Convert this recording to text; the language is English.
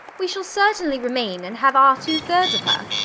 we shall certainly remain and have our two-thirds of her.